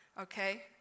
okay